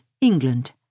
England